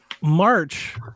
March